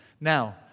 Now